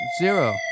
Zero